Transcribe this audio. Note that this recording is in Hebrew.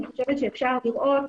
אני חושבת שאפשר לראות